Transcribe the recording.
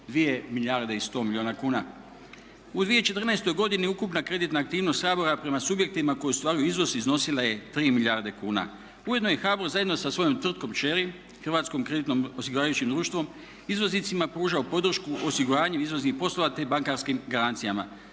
2 milijarde i 100 milijuna kuna. U 2014. godini ukupna kreditna aktivnost Sabora prema subjektima koji ostvaruju iznos iznosila je 3 milijarde kuna. Ujedno je HBOR zajedno sa svojom tvrtkom kćeri Hrvatskim kreditnim osiguravajućim društvom izvoznicima pružao podršku u osiguranju izvoznih poslova, te bankarskim garancijama.